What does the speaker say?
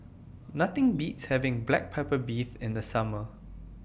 Nothing Beats having Black Pepper Beef in The Summer